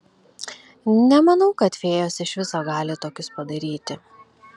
nemanau kad fėjos iš viso gali tokius padaryti